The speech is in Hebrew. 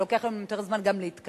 שלוקח להם גם יותר זמן גם להתקלח?